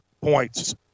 points